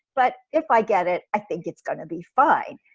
but if i get it, i think it's gonna be fine.